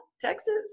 Texas